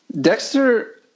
dexter